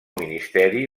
ministeri